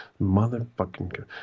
Motherfucking